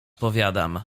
powiadam